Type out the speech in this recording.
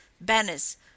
banners